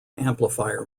amplifier